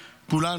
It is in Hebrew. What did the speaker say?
כולנו,